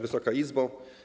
Wysoka Izbo!